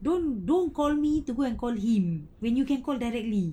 don't don't call me to go and call him when you can call directly